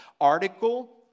article